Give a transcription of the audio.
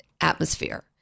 atmosphere